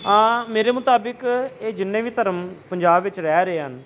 ਹਾਂ ਮੇਰੇ ਮੁਤਾਬਿਕ ਇਹ ਜਿੰਨੇ ਵੀ ਧਰਮ ਪੰਜਾਬ ਵਿੱਚ ਰਹਿ ਰਹੇ ਹਨ